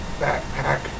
backpack